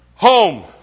Home